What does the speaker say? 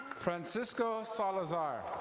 francisco salazar.